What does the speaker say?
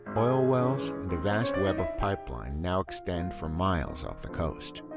oil wells and a vast web of pipeline now extend for miles off the coast.